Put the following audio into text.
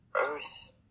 earth